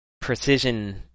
precision